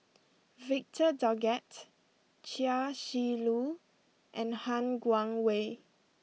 Victor Doggett Chia Shi Lu and Han Guangwei